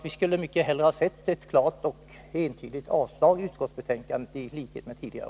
Vi skulle mycket hellre ha sett ett klart och entydigt avstyrkande i utskottet i likhet med tidigare.